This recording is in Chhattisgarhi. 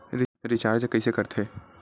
रिचार्ज कइसे कर थे?